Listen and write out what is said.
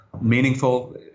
meaningful